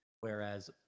Whereas